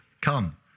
come